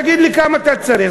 תגיד לי כמה אתה צריך.